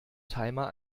timer